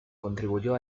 contribuyó